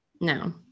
No